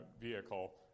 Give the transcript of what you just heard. vehicle